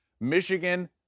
Michigan